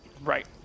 Right